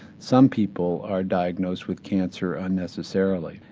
some people are diagnosed with cancer unnecessarily.